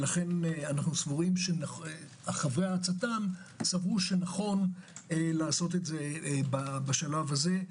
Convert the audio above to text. לכן חברי הצט"ם סברנו שנכון לעשות את זה בשלב הזה,